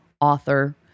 author